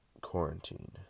quarantine